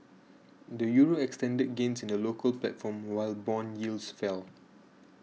the Euro extended gains in the local platform while bond yields fell